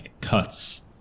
cuts